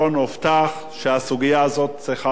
צריך למצוא לה את הפתרון.